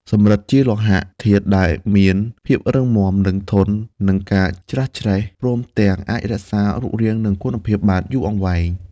សំរឹទ្ធិជាលោហៈធាតុដែលមាន ភាពរឹងមាំ និង ធន់ នឹងការច្រេះច្រែស ព្រមទាំងអាចរក្សារូបរាង និងគុណភាពបានយូរអង្វែង។